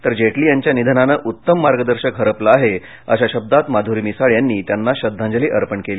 तर जेटली यांच्या निधनानं उत्तम मार्गदर्शक हरपला आहे अशा शब्दात माधुरी मिसाळ यांनी त्यांना श्रद्धांजली अर्पण केली